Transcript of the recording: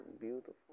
beautiful